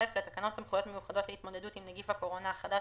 לתקנות סמכויות מיוחדות להתמודדות עם נגיף הקורונה החדש